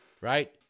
right